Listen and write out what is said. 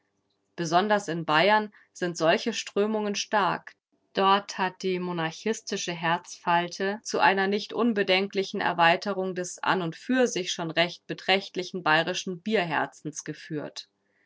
besonders in bayern sind solche strömungen stark dort hat die monarchistische herzfalte zu einer nicht unbedenklichen erweiterung des an und für sich schon recht beträchtlichen bayerischen bierherzens geführt